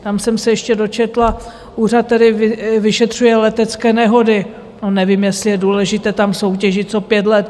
Tam jsem se ještě dočetla úřad, který vyšetřuje letecké nehody to nevím, jestli je důležité tam soutěžit co pět let.